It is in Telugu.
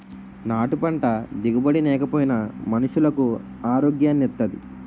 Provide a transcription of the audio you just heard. నాటు పంట దిగుబడి నేకపోయినా మనుసులకు ఆరోగ్యాన్ని ఇత్తాది